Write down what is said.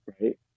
right